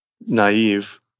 naive